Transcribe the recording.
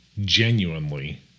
genuinely